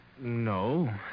No